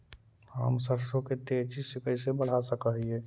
हम सरसों के तेजी से कैसे बढ़ा सक हिय?